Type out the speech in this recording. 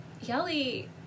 Yelly